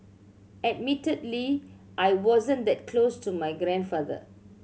admittedly I wasn't that close to my grandfather